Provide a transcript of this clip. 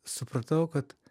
supratau kad